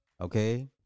Okay